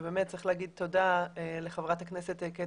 באמת צריך להגיד תודה לחברת הכנסת קטי